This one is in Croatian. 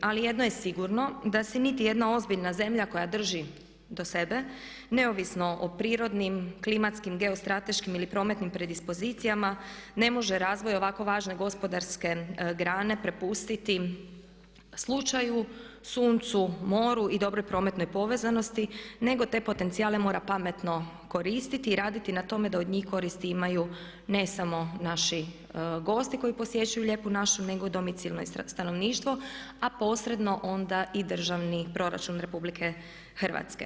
Ali jedno je sigurno da se niti jedna ozbiljna zemlja koja drži do sebe, neovisno o prirodnim, klimatskim, geostrateškim ili prometnim predispozicijama ne može razvoj ovako važne gospodarske grane prepustiti slučaju, suncu, moru i dobroj prometnoj povezanosti nego te potencijale mora pametno koristiti i raditi na tome da od njih koristi imaju ne samo naši gosti koji posjećuju Lijepu našu nego i domicilno stanovništvo a posredno onda i državni proračun RH.